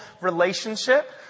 relationship